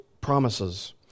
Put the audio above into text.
promises